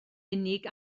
unig